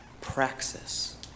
praxis